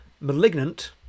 Malignant